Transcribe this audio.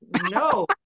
No